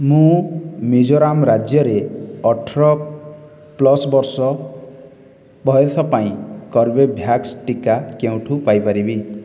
ମୁଁ ମିଜୋରାମ୍ ରାଜ୍ୟରେ ଅଠର ପ୍ଲସ୍ ବର୍ଷ ବୟସ ପାଇଁ କର୍ବେଭ୍ୟାକ୍ସ ଟିକା କେଉଁଠୁ ପାଇପାରିବି